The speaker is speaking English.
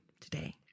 today